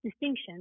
distinction